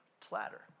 platter